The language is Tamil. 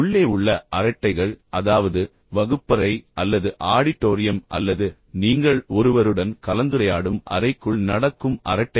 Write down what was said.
உள்ளே உள்ள அரட்டைகள் அதாவது வகுப்பறை அல்லது ஆடிட்டோரியம் அல்லது நீங்கள் ஒருவருடன் கலந்துரையாடும் அறைக்குள் நடக்கும் அரட்டைகள்